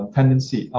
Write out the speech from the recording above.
Tendency